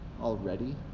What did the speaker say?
already